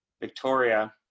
Victoria